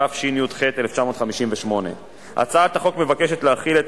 התשי"ח 1958. הצעת החוק מבקשת להחיל את